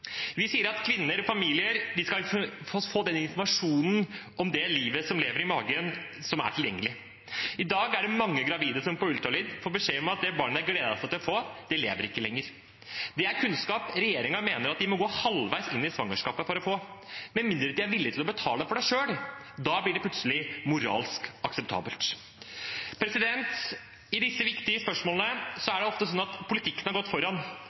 Vi sier at kvinner og familier skal få den informasjonen som er tilgjengelig om det livet som lever i magen. I dag er det mange gravide som på ultralyd får beskjed om at det barnet de har gledet seg til å få, lever ikke lenger. Det er kunnskap regjeringen mener at de må gå halvveis inn i svangerskapet for å få – med mindre de er villig til å betale for det selv. Da blir det plutselig moralsk akseptabelt. I disse viktige spørsmålene er det ofte sånn at politikken har gått foran.